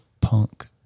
punk